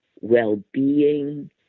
well-being